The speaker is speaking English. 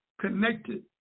connected